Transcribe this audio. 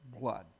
blood